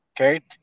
Okay